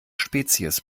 spezies